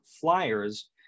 flyers